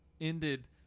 ended